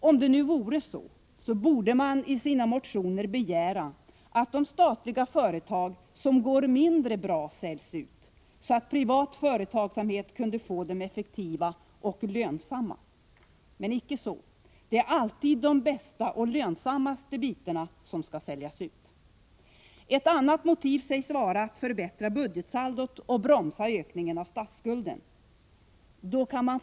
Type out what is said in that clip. Om det nu vore så, borde motionärerna begära att de statliga företag som går mindre bra säljs ut, så att privat företagsamhet kunde göra dem effektiva och lönsamma — men så är icke fallet. Det är alltid de bästa och lönsammaste bitarna som skall säljas ut. Ett annat motiv sägs vara att budgetsaldot skall förbättras och ökningen av statsskulden bromsas.